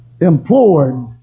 implored